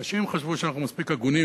אנשים חשבו שאנחנו מספיק הגונים,